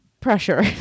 pressure